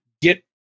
get